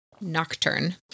nocturne